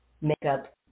makeup